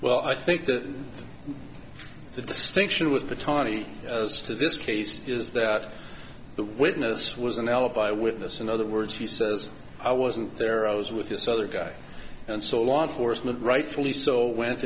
well i think the distinction with patani to this case is that the witness was an alibi witness in other words he says i wasn't there i was with this other guy and so law enforcement rightfully so went